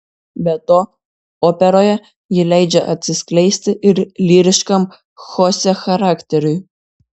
be to operoje ji leidžia atsiskleisti ir lyriškam chosė charakteriui